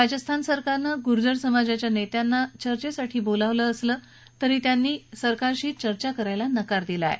राजस्थान सरकारन गुर्जर समाजाच्या नेत्यांना चर्चेसाठी बोलावल असलं तरी त्यांनी सरकारशी चर्चा करायला नकार दिला आहे